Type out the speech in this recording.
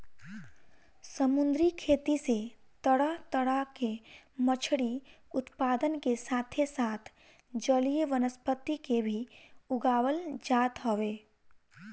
समुंदरी खेती से तरह तरह के मछरी उत्पादन के साथे साथ जलीय वनस्पति के भी उगावल जात हवे